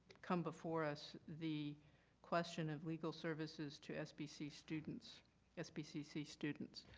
come before us the question of legal services to sbcc students sbcc students